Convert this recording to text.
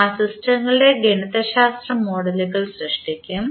ആ സിസ്റ്റങ്ങളുടെ ഗണിതശാസ്ത്ര മോഡലുകൾ സൃഷ്ടിക്കും